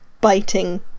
biting